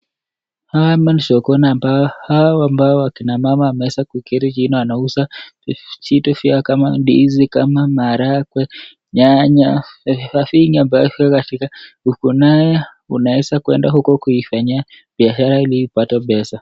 Hapa ni sokoni ambapo hawa ambao wakina mama wameweza kuketi chini wakiwa wanauza vitu vyao kama ndizi, kama maharagwe, nyanya, vifaa vingi ambavyo katika huku nawe unaweza kwenda huko kuifanyia biashara ili upate pesa.